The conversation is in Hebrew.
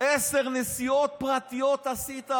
עשר נסיעות פרטיות עשית.